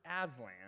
Aslan